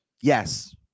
Yes